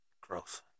gross